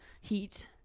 heat